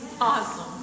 Awesome